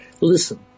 listen